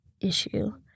issue